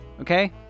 okay